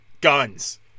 guns